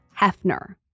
Hefner